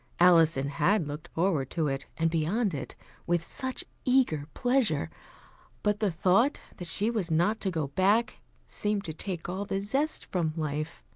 alison had looked forward to it and beyond it with such eager pleasure but the thought that she was not to go back seemed to take all the zest from life.